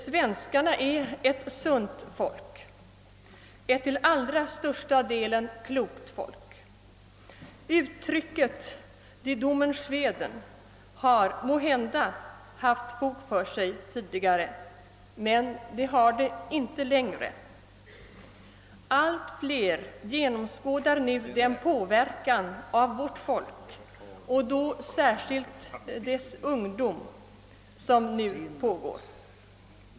Svenskarna är ett sunt folk, ett till allra största delen klokt folk Uttrycket »die dummen Schweden» har måhända haft fog för sig tidigare, men det har det inte längre. Allt fler genomskådar nu den påverkan av vårt folk, och då särskilt dess ungdom, som nu försiggår.